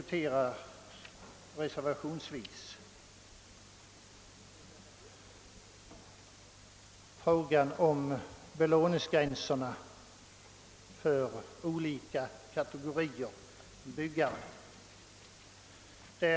Reservationsvis diskuteras sedan belåningsgränserna för olika kategorier av byggare.